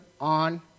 on